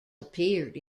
appeared